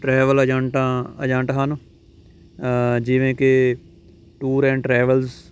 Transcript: travel ਏਜੰਟਾਂ agent ਹਨ ਜਿਵੇਂ ਕਿ ਟੂਰ ਐਂਡ ਟਰੈਵਲਸ